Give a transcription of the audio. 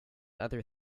other